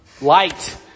Light